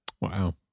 Wow